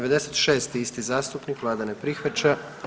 96. isti zastupnik, vlada ne prihvaća.